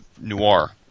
Noir